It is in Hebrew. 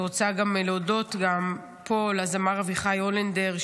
אני רוצה גם להודות פה לזמר אביחי הולנדר,